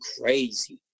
crazy